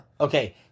Okay